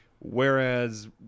Whereas